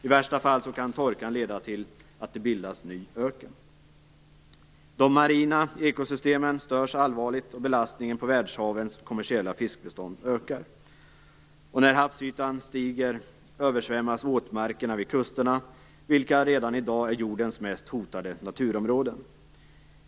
I värsta fall kan torkan leda till att det bildas ny öken. De marina ekosystemen störs allvarligt, och belastningen på världshavens kommersiella fiskbestånd ökar. När havsytan stiger översvämmas våtmarkerna vid kusterna, vilka redan i dag är jordens mest hotade naturområden.